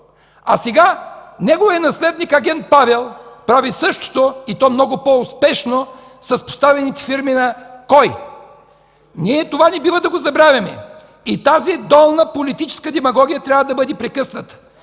А сега неговият наследник агент Павел прави същото, и то много по-успешно с подставените фирми на... Кой? Ние това не бива да забравяме! Тази долна политическа демагогия трябва да бъде прекъсната.